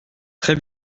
très